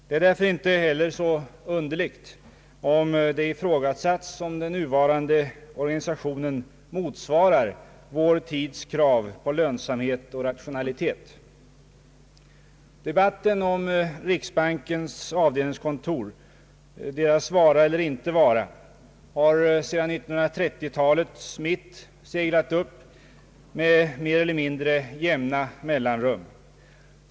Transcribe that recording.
Det är därför inte heller så underligt att det ifrågasatts om den nuvarande organisationen motsvarar vår tids krav på lönsamhet och rationalitet. Debatten om riksbankens avdelningskontor, deras vara eller icke vara, har sedan 1930 talets mitt seglat upp med mer eller mindre jämna mellanrum.